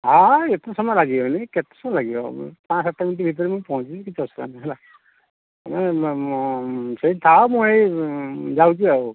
ହଁ ଏତେ ସମୟ ଲାଗିବନି କେତେ ସମୟ ଲାଗିବ ପାଞ୍ଚ ସାତ ମିନିଟ୍ ଭିତରେ ମୁଁ ପହଞ୍ଚିଯିବି କିଛି ଅସୁବିଧା ନାହିଁ ହେଲା ନା ନା ମ ସେଠିଟି ଥାଅ ମୁଁ ଏଇ ଯାଉଛି ଆଉ